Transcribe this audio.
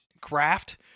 craft